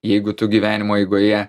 jeigu tu gyvenimo eigoje